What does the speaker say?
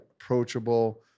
approachable